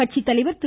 கட்சித்தலைவர் திரு